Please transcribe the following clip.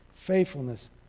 faithfulness